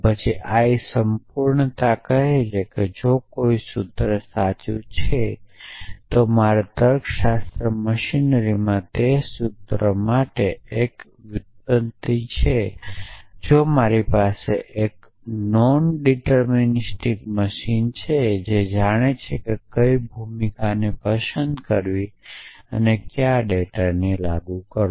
પછી l સંપૂર્ણતા કહે છે કે જો કોઈ સૂત્ર સાચું છે તો મારા તર્કશાસ્ત્ર મશીનરીમાં તે સૂત્ર માટે એક વ્યુત્પન્નતા છે કે જો મારી પાસે એક નોન ડીટરમિનિસ્ટિક મશીન છે જે જાણે છે કે કઈ ભૂમિકાને પસંદ કરવી અને કયા ડેટાને લાગુ કરવો